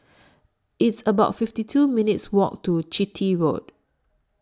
It's about fifty two minutes' Walk to Chitty Road